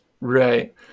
Right